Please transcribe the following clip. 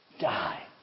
die